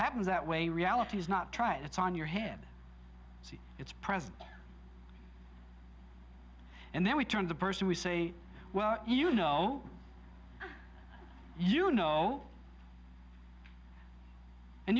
happens that way reality is not try it's on your head see it's presence and then we turn the person we say well you know you know and